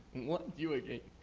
what? you again.